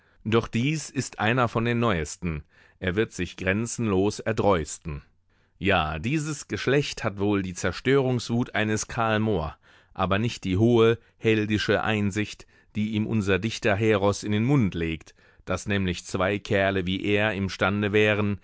doch dies ist einer von den neusten er wird sich grenzenlos erdreusten ja dieses geschlecht hat wohl die zerstörungswut eines karl moor aber nicht die hohe heldische einsicht die ihm unser dichterheros in den mund legt daß nämlich zwei kerle wie er imstande wären